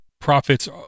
profits